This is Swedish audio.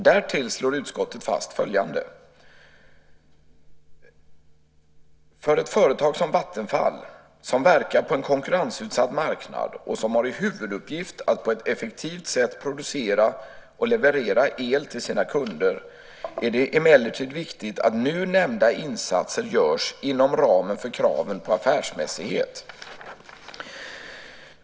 Därtill slår utskottet fast följande: "För ett företag som Vattenfall, som verkar på en konkurrensutsatt marknad och som har i huvuduppgift att på ett effektivt sätt producera och leverera el till sina kunder, är det emellertid viktigt att nu nämnda insatser görs inom ramen för kraven på affärsmässighet."